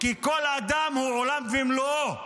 כי כל אדם הוא עולם ומלואו.